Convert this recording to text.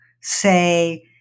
say